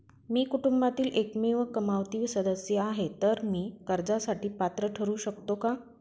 मी कुटुंबातील एकमेव कमावती सदस्य आहे, तर मी कर्जासाठी पात्र ठरु शकतो का?